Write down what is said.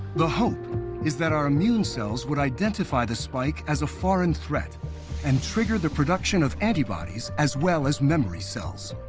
the hope is that our immune cells would identify the spike as a foreign threat and trigger the production of antibodies, as well as memory cells.